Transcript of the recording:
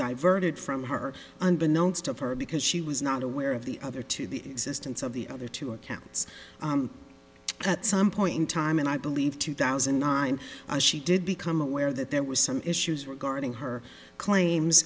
diverted from her unbeknown to her because she was not aware of the other two the existence of the other two accounts at some point in time and i believe two thousand and nine a she did become aware that there was some issues regarding her claims